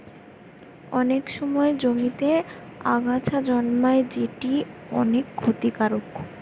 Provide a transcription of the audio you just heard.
অনেক সময় জমিতে আগাছা জন্মায় যেটি অনেক ক্ষতিকারক